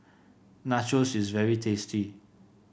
nachos is very tasty